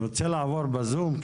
אני רוצה לעבור בזום,